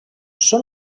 són